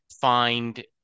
find